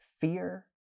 fear